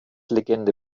legende